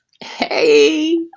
Hey